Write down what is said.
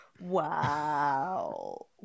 wow